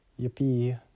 Yippee